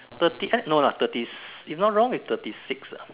thirty eight no lah thirty if not wrong is thirty six lah